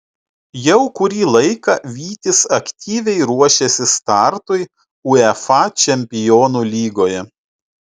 jau kurį laiką vytis aktyviai ruošiasi startui uefa čempionų lygoje